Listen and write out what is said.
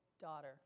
daughter